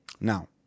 Now